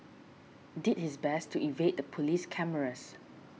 did his best to evade the police cameras